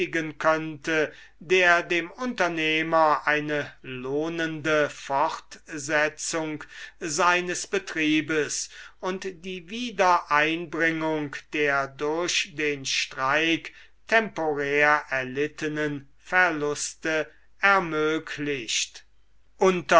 könnte der dem unternehmer eine lohnende fortsetzung seines betriebes und die wiedereinbringung der durch den streik temporär erlittenen verluste ermöglicht unter